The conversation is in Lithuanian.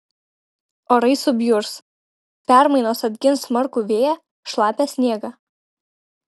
orai subjurs permainos atgins smarkų vėją šlapią sniegą